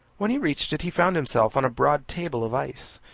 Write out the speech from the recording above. when he reached it, he found himself on a broad table of ice,